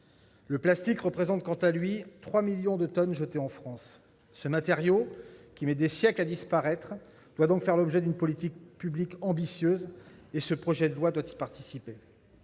Le plastique représente quant à lui 3 millions de tonnes jetées en France. Ce matériau, qui met des siècles à disparaître, doit donc faire l'objet d'une politique publique ambitieuse et ce projet de loi doit y participer.